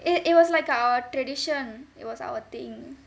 it it was like our tradition it was our thing